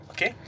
Okay